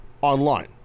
online